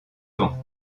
vent